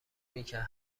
میکرد